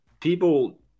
people